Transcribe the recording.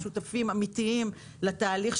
הם שותפים אמיתיים לתהליך,